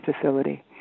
facility